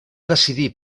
decidir